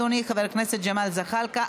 אדוני חבר הכנסת ג'מאל זחאלקה,